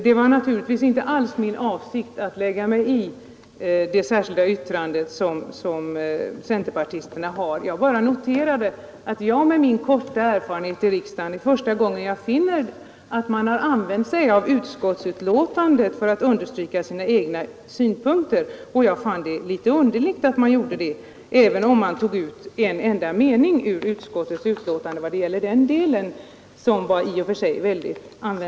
Det var naturligtvis inte alls min avsikt att lägga mig i det särskilda yttrande som centerpartisterna har. Men detta är första gången jag med min korta erfarenhet i riksdagen finner, att man har använt sig av utskottsbetänkandet för att understryka sina egna synpunkter. Jag fann det litet underligt att man gjorde det, även om man tog ut en mening ur utskottsbetänkandet i denna del.